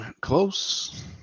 Close